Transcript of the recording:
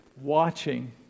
watching